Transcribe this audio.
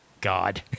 god